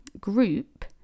group